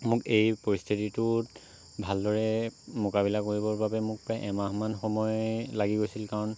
মোক এই পৰিস্থিতিটোত ভালদৰে মোকাবিলা কৰিবৰ বাবে মোক প্ৰায় এমাহমান সময় লাগি গৈছিল কাৰণ